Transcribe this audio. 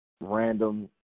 random